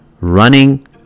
running